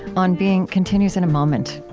on being continues in a moment